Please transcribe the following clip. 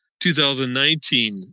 2019